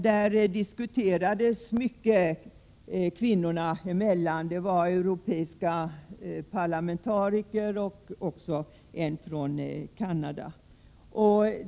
Då diskuterades mycket kvinnorna emellan. Det var europeiska parlamentariker men även en från Canada.